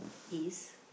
is